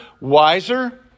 wiser